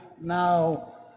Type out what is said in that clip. now